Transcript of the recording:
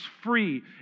free